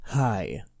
Hi